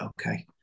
okay